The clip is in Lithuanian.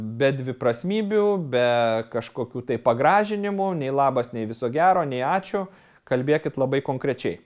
be dviprasmybių be kažkokių tai pagražinimų nei labas nei viso gero nei ačiū kalbėkit labai konkrečiai